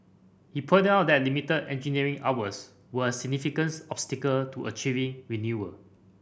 he pointed out that limited engineering hours were a significant obstacle to achieving renewal